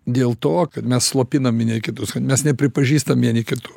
dėl to kad mes slopinam vieni kitus kad mes nepripažįstam vieni kitų